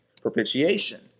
Propitiation